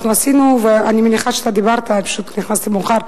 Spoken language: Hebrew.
אני מניחה שאתה דיברת, פשוט נכנסתי מאוחר,